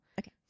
Okay